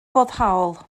foddhaol